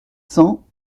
cent